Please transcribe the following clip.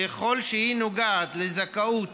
ככל שהיא נוגעת לזכאות